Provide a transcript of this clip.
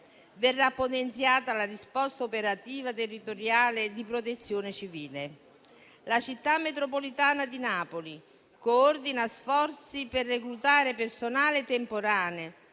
verrà potenziata la risposta operativa territoriale di protezione civile. La Città metropolitana di Napoli coordina sforzi per reclutare personale temporaneo,